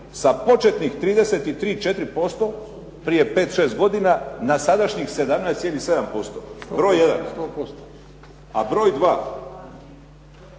sa početnih 33, 34% prije 5,6 godina na sadašnjih 17,7%. Broj jedan. A broj